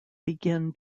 begin